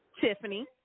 Tiffany